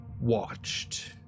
watched